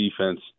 defense